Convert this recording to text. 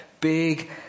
big